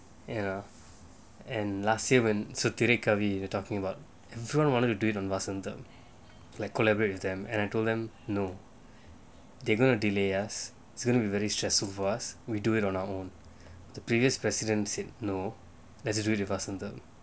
ya and last year when sutiri kavi we're talking about everyone wanted to do it on vasantham like collaborate with them and I told them no they gonna delay us it's gonna be very stressful for us we do it on our own the previous president said no vasantham